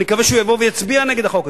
אני מקווה שהוא יבוא ויצביע נגד החוק הזה.